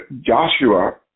Joshua